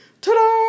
ta-da